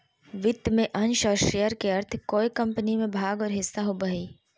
वित्त में अंश और शेयर के अर्थ कोय कम्पनी में भाग और हिस्सा होबो हइ